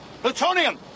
Plutonium